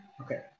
Okay